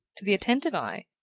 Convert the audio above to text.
to the attentive eye,